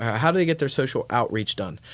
how do they get their social outreach done?